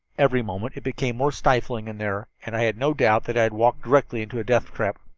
every moment it became more stifling in there, and i had no doubt that i had walked directly into a death-trap.